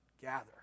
gather